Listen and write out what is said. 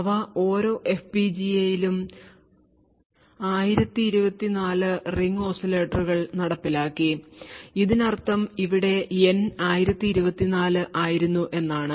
അവ ഓരോ എഫ്പിജിഎയിലും 1024 റിംഗ് ഓസിലേറ്ററുകൾ നടപ്പിലാക്കി ഇതിനർത്ഥം ഇവിടെ N 1024 ആയിരുന്നു എന്നാണ്